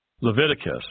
Leviticus